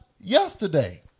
yesterday